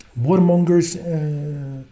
warmongers